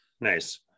Nice